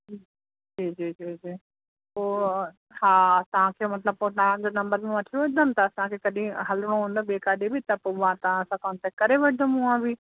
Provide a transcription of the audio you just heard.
जी जी जी जी पोइ हा तव्हांखे मतिलब पोइ तव्हांजो नम्बर बि वठी वठंदमि त असांख़े कॾहिं हलिणो हूंदो ॿिए काॾे बि त पोइ मां तव्हां सां कॉन्टैक्ट करे वठंदमि हूअं बि